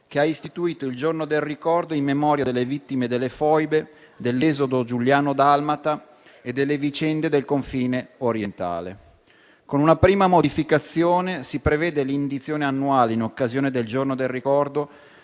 che ha istituito il Giorno del ricordo in memoria delle vittime delle foibe, dell'esodo giuliano-dalmata e delle vicende del confine orientale. Con una prima modificazione si prevede l'indizione annuale, in occasione del giorno del ricordo,